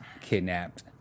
kidnapped